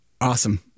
Awesome